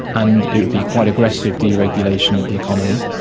and it would be quite aggressive deregulation of the economy,